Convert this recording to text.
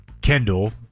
Kendall